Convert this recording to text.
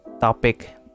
topic